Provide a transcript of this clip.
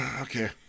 Okay